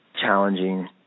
challenging